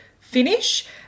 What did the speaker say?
finish